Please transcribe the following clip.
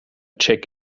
check